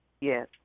Yes